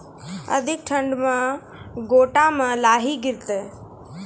अधिक ठंड मे गोटा मे लाही गिरते?